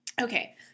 Okay